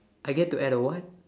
I get to add a what